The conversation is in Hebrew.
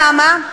למה?